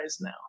now